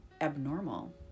Abnormal